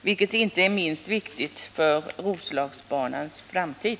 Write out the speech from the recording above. Detta är inte minst viktigt för Roslagsbanans framtid.